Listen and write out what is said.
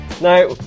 Now